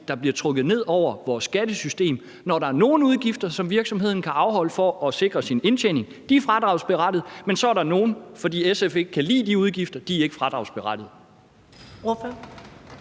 der bliver trukket ned over vores skattesystem, når nogle af de udgifter, som en virksomhed kan afholde for at sikre sin indtjening, er fradragsberettigede, mens der så er nogle udgifter, som, fordi SF ikke kan lide de udgifter, ikke er fradragsberettigede.